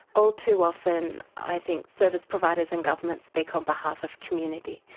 all too often i think service providers and governments speak on behalf of community,